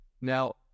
Now